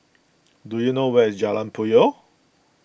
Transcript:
do you know where is Jalan Puyoh